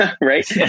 right